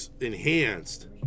enhanced